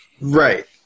Right